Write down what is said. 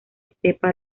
estepa